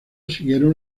siguieron